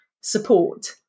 support